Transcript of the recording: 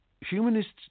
Humanists